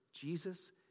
Jesus